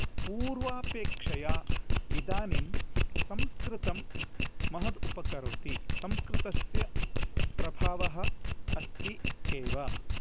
पूर्वापेक्षया इदानीं संस्कृतं महत् उपकरोति संस्कृतस्य प्रभावः अस्ति एव